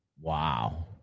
wow